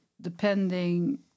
depending